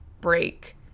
break